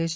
S